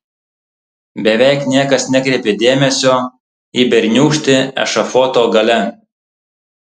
beveik niekas nekreipė dėmesio į berniūkštį ešafoto gale